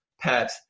pet